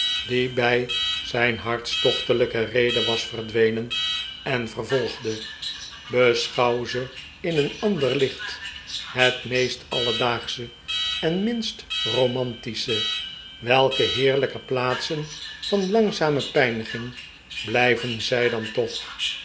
die bij zijn hartstochtelijke rede was verdwenen en vervolgde beschouw ze in een ander licht het meest alledaagsche en minst romantische welke heerlijke plaatsen van langzame pijniging blijven zij dan toch